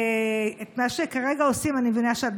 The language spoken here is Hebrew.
את מה שכרגע עושים אני מבינה שאת,